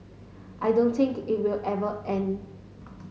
I don't think it will ever end